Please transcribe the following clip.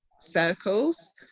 circles